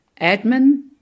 admin